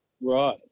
Right